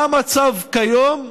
מה המצב כיום?